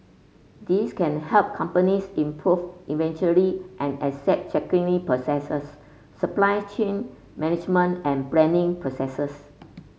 these can help companies improve inventory and asset tracking processes supply chain management and planning processes